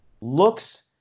looks